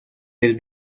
del